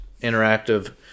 interactive